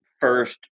first